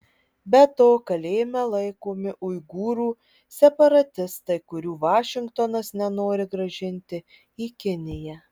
be to kalėjime laikomi uigūrų separatistai kurių vašingtonas nenori grąžinti į kiniją